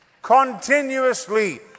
Continuously